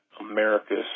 America's